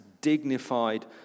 dignified